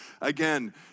Again